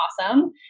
awesome